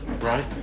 right